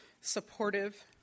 supportive